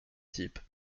type